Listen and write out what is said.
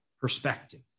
perspective